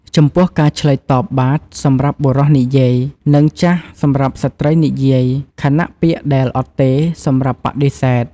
ចំពោះការឆ្លើយតប "បាទ" សម្រាប់បុរសនិយាយ និង "ចាស" សម្រាប់ស្ត្រីនិយាយ ខណៈពាក្យដែល "អត់ទេ" សម្រាប់បដិសេធ។